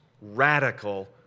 radical